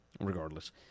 regardless